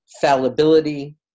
fallibility